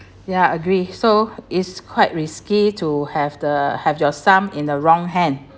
ya agree so is quite risky to have the have your sum in the wrong hand